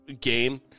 game